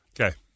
okay